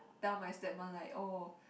tell my stepmom like oh